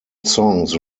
songs